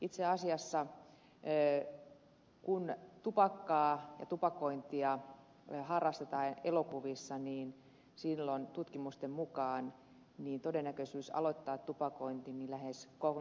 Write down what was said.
itse asiassa kun ne tupakkaa ja tupakointi ja tupakointia harrastetaan elokuvissa silloin tutkimusten mukaan todennäköisyys aloittaa tupakointi lähes kolminkertaistuu